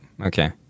Okay